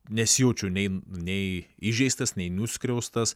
nesijaučiu nei nei įžeistas nei nuskriaustas